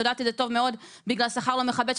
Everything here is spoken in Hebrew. יודעת את זה טוב מאוד בגלל שכר לא מכבד,